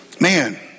Man